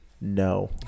No